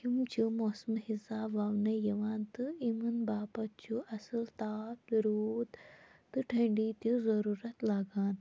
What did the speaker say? یِم چھِ موسمہٕ حِساب وَونہٕ یِوان تہٕ یِمن باپَت چھُ اصل تاپھ روٗد تہٕ ٹھنڈی تہِ ضوٚروٗرَت لَگان